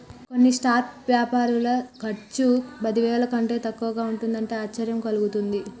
కొన్ని స్టార్టప్ వ్యాపారుల ఖర్చు పదివేల కంటే తక్కువగా ఉంటుంది అంటే ఆశ్చర్యం కలుగుతుంది